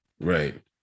right